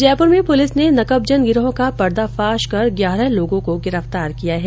जयपुर में पुलिस ने नकबजन गिरोह का पर्दाफाश कर ग्यारह लोगों को गिरफ्तार किया हैं